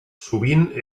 sovint